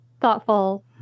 thoughtful